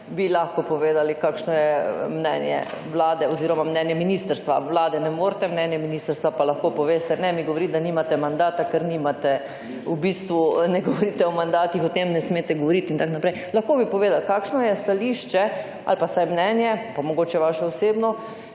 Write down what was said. bi lahko povedali, kakšno je mnenje Vlade oziroma mnenje ministrstva, za mnenje Vlade ne morete, za mnenje ministrstva pa lahko poveste. Ne mi govoriti, da nimate mandata, ker v bistvu ne govorite o mandatih, o tem ne smete govoriti in tako naprej. Lahko bi povedali, kakšno je stališče ali pa vsaj mnenje, pa mogoče vaše osebno